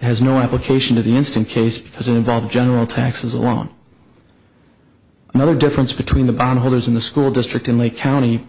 has no application to the instant case because it involved general taxes along another difference between the bondholders in the school district in lake county